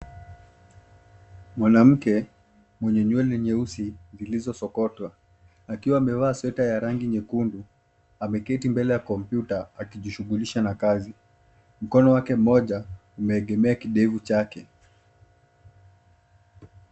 Mwanamke mwenye nywele nyeusi zilizosokotwa akiwa amevaa sweta ya rangi nyekundu ameketi mbele ya kompyuta akijishughulisha na kazi. Mkono wake mmoja umeegemea kidevu chake.